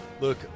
Look